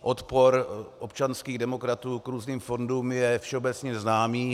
Odpor občanských demokratů k různým fondům je všeobecně známý.